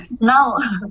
Now